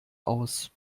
aus